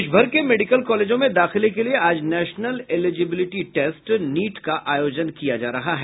देशभर के मेडिकल कॉलेजों में दाखिले के लिये आज नेशनल इलीजिबिलिटी टेस्ट नीट का आयोजन किया जा रहा है